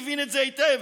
הבין את זה היטב.